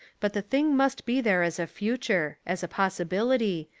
but the thing must be there as a future, as a possibility,